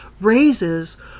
raises